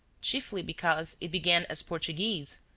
chiefly because it began as portuguese,